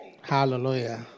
Hallelujah